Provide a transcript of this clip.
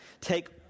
Take